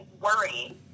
worry